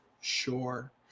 Sure